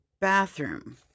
bathroom